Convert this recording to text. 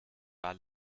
war